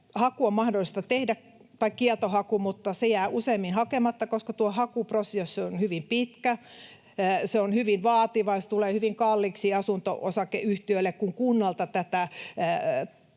on mahdollista hakea, mutta se jää useimmin hakematta, koska tuo hakuprosessi on hyvin pitkä, se on hyvin vaativa ja tulee hyvin kalliiksi asunto-osakeyhtiöille, kun kunnalta tätä